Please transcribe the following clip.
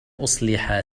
أصلح